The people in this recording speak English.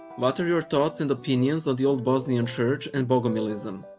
what are your thoughts and opinions of the old bosnian church and bogomilism?